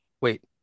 Wait